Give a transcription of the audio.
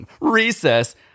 recess